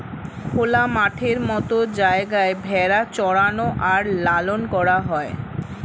খোলা মাঠের মত জায়গায় ভেড়া চরানো আর লালন করা হয়